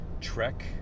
trek